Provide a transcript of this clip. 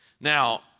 Now